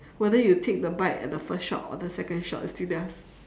whether you take the bite at the first shop or the second shop it's still theirs